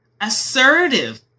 assertive